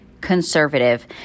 conservative